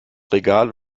regal